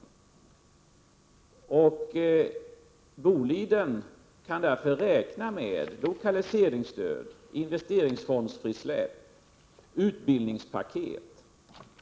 Boliden kan räkna med lokaliseringsstöd, frisläpp av Prot. 1987/88:92 investeringsfondsmedel och utbildningspaket.